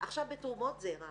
בתרומות זרע